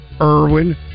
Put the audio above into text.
Irwin